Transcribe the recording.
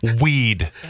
Weed